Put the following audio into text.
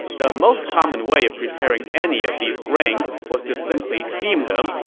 the most common way of preparing any of these grains was to simply steam them,